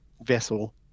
vessel